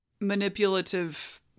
manipulative